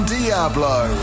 Diablo